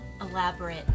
elaborate